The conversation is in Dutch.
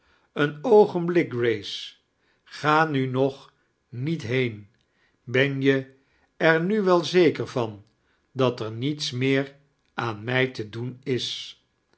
een oogenblik grace ga nu nog niet heen ben je er nu wel zeikex van dat er niets meer aan mij te doen is